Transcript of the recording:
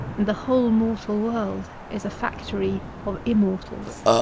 and the whole mortal world is a factory of immortals.